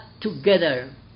together